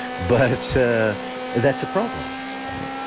but that's ah that's a problem, right?